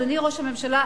אדוני ראש הממשלה,